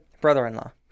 Brother-in-law